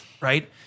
Right